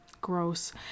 gross